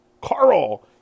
Carl